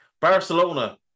Barcelona